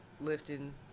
lifting